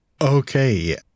Okay